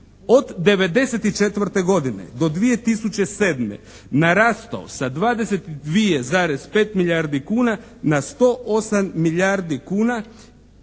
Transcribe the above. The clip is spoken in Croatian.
od '94. godine do 2007. narastao sa 22,5 milijardi kuna na 108 milijardi kuna